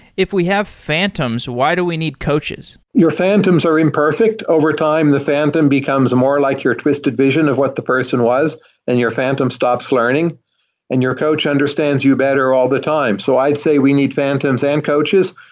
if we have phantoms, why do we need coaches? your phantoms are imperfect. over time, the phantom becomes more like your twisted vision of what the person was and your phantom stops learning and your coach understands you better all the time. so i'd say we need phantoms and coaches.